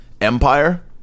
empire